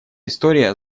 история